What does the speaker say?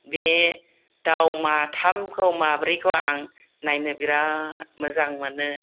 बे दाउ माथामखौ माब्रैखौ आं नायनो बिराद मोजां मोनो